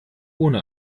ohne